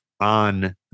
on